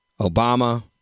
Obama